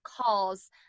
calls